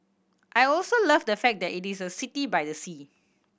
I also love the fact that it is a city by the sea